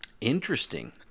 Interesting